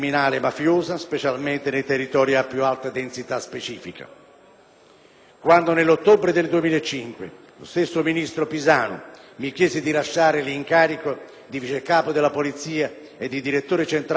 Quando, nell'ottobre 2005, lo stesso ministro Pisanu mi chiese di lasciare l'incarico di vice capo della Polizia e di direttore centrale della Polizia criminale per assumere le funzioni di prefetto di Reggio Calabria,